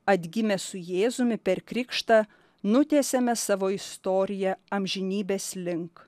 atgimę su jėzumi per krikštą nutiesėme savo istoriją amžinybės link